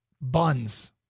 buns